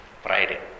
Friday